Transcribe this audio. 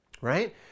right